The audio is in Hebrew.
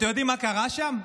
אתם יודעים מה קרה שם?